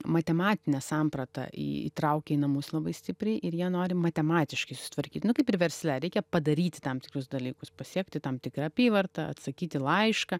matematinę sampratą įtraukia į namus labai stipriai ir jie nori matematiškai susitvarkyt nu kaip ir versle reikia padaryti tam tikrus dalykus pasiekti tam tikra apyvartą atsakyt į laišką